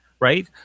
Right